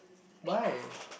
why